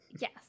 Yes